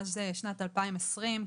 שנת 2020,